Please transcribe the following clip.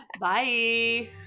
bye